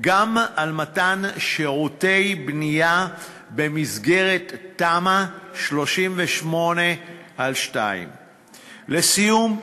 על מתן שירותי בנייה במסגרת תמ"א 38/2. לסיום,